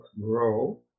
grow